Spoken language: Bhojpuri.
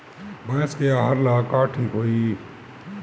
भइस के आहार ला का ठिक होई?